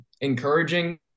encouraging